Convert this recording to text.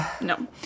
no